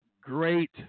great